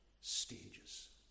stages